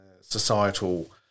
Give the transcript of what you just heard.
societal